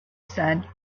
said